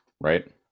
right